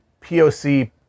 POC